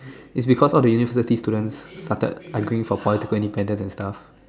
is because of the university students started arguing for political independence and stuff